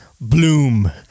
bloom